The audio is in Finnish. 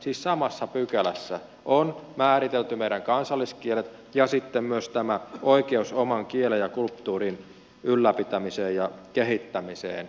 siis samassa pykälässä on määritelty meidän kansalliskielet ja myös oikeus oman kielen ja kulttuurin ylläpitämiseen ja kehittämiseen